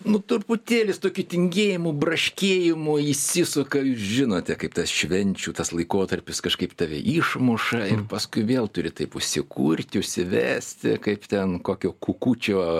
nu truputėlį su tokiu tingėjimu braškėjimu įsisuka jūs žinote kaip tas švenčių tas laikotarpis kažkaip tave išmuša ir paskui vėl turi taip užsikurti užsivesti kaip ten kokio kukučio